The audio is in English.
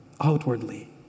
outwardly